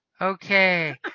Okay